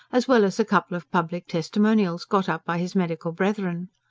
as well as a couple of public testimonials got up by his medical brethren.